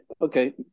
okay